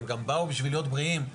הם גם באו בשביל להיות בריאים.